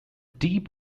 deep